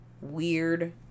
weird